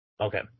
Okay